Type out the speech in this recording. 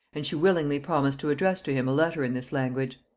and she willingly promised to address to him a letter in this language.